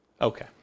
Okay